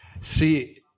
See